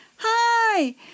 Hi